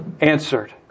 answered